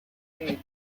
age